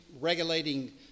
regulating